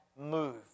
move